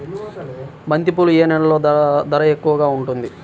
బంతిపూలు ఏ నెలలో ధర ఎక్కువగా ఉంటుంది?